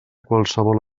qualsevol